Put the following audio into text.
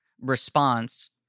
response